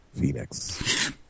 Phoenix